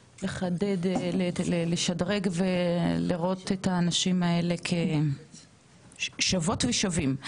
לחדד, לשדרג ולראות את האנשים האלה כשוות ושווים.